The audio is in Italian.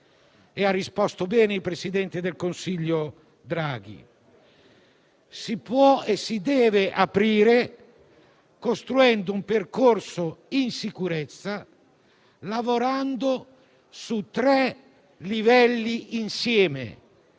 ben risposto il presidente del Consiglio Draghi, si può e si deve aprire, costruendo un percorso in sicurezza e lavorando su tre livelli insieme: